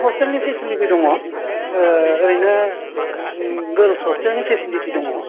ह'स्टेलनि फेसिलिटि दङ ओरैनो गोर्ल्स ह'स्टेलनि फेसिलिटि दङ